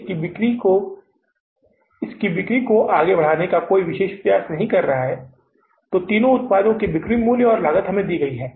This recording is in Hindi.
इसकी बिक्री को आगे बढ़ाने के लिए कोई विशेष प्रयास नहीं किए जा रहे हैं तीन उत्पादों की बिक्री मूल्य और लागत हमें दी जाती है